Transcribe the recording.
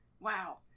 Wow